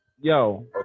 yo